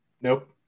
Nope